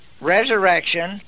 resurrection